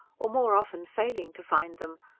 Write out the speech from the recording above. or more often failing to find them,